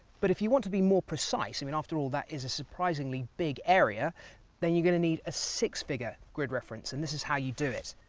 but if you want to be more precise i mean after all that is a surprisingly big area then you're going to need a six-figure grid reference and this is how you do it.